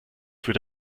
für